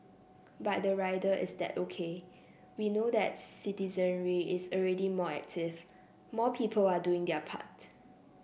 but the rider is that OK we know that citizenry is already more active more people are doing their part